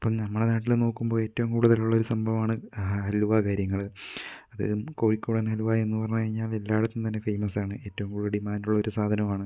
ഇപ്പോൾ നമ്മുടെ നാട്ടിൽ നോക്കുമ്പോൾ ഏറ്റവും കൂടുതലുള്ള ഒരു സംഭവമാണ് ഹാ ഹാ ഹലുവ കാര്യങ്ങൾ അത് കോഴിക്കോടൻ ഹൽവ എന്ന് പറഞ്ഞു കഴിഞ്ഞാൽ എല്ലായിടത്തും തന്നെ ഫേമസ് ആണ് ഏറ്റവും കൂടുതൽ ഡിമാൻഡുള്ളൊരു സാധനമാണ്